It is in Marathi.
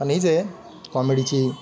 आणि हीच आहे कॉमेडीची